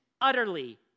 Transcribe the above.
utterly